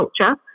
culture